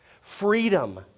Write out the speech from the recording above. Freedom